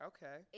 Okay